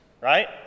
right